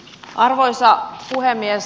arvoisa puhemies